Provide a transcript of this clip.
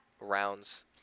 rounds